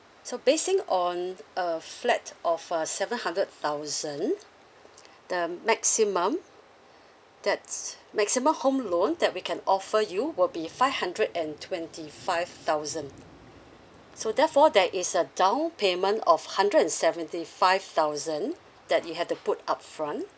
so basing on a flat of a seven hundred thousand the maximum that's maximum home loan that we can offer you will be five hundred and twenty five thousand so therefore there is a down payment of hundred and seventy five thousand that you have to put up front